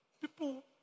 people